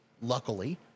Luckily